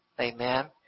Amen